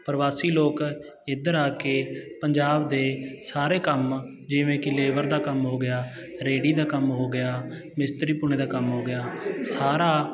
ਪ੍ਰਵਾਸੀ ਲੋਕ ਇੱਧਰ ਆ ਕੇ ਪੰਜਾਬ ਦੇ ਸਾਰੇ ਕੰਮ ਜਿਵੇਂ ਕਿ ਲੇਬਰ ਦਾ ਕੰਮ ਹੋ ਗਿਆ ਰੇਹੜੀ ਦਾ ਕੰਮ ਹੋ ਗਿਆ ਮਿਸਤਰੀ ਪੁਣੇ ਦਾ ਕੰਮ ਹੋ ਗਿਆ ਸਾਰਾ